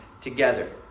together